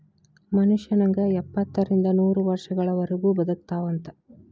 ಮನುಷ್ಯ ನಂಗ ಎಪ್ಪತ್ತರಿಂದ ನೂರ ವರ್ಷಗಳವರಗು ಬದಕತಾವಂತ